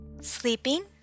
Sleeping